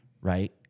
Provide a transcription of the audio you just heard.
right